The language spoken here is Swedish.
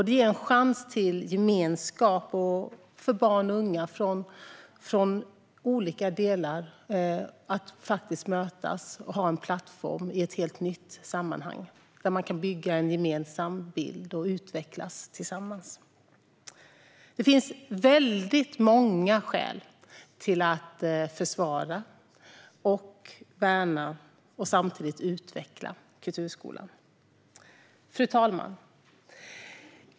Det ger en chans till gemenskap för barn och unga från olika delar av samhället att mötas och ha en plattform i ett helt nytt sammanhang, där man kan bygga en gemensam bild och utvecklas tillsammans. Det finns väldigt många skäl till att försvara, värna och samtidigt utveckla kulturskolan. Fru talman!